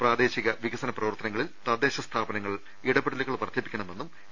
പ്രാദേശിക വികസന പ്രവർത്തനങ്ങളിൽ തദ്ദേശ സ്ഥാപനങ്ങൾ ഇട പെടലുകൾ വർദ്ധിപ്പിക്കണമെന്നും എ